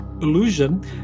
illusion